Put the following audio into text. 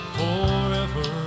forever